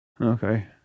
Okay